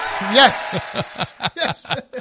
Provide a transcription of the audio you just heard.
yes